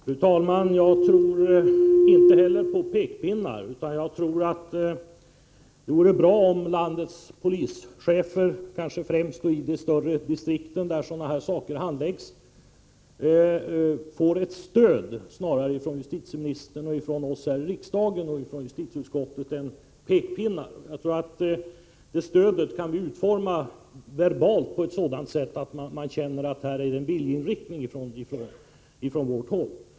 Fru talman! Jag tror inte heller på pekpinnar, men jag tror att det vore bra om landets polischefer, kanske då i de större distrikten där sådana här ärenden handläggs, snarare får stöd från justitieministern, från oss i riksdagen och i justitieutskottet än pekpinnar. Sådant stöd kan vi verbalt utforma så att man känner att det är en viljeinriktning från vårt håll.